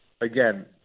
again